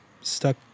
stuck